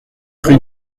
rue